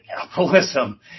capitalism